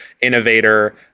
innovator